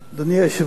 אדוני היושב-ראש,